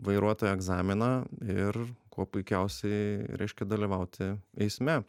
vairuotojo egzaminą ir kuo puikiausiai reiškia dalyvauti eisme